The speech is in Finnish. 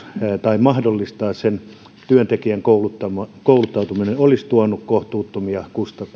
tai sen työntekijän kouluttautumisen mahdollistaminen olisi tuonut kohtuuttomia